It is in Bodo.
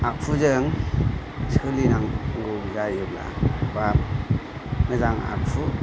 आखुजों सोलिनांगौ जायोब्ला बा मोजां आखु